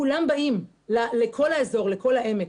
כולם באים לכל האזור, לכל העמק.